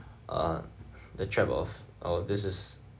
uh the trap of oh this is